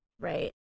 Right